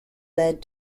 led